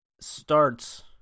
starts